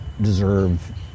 deserve